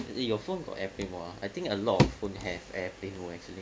your phone got every more I think a lot phone have air play no actually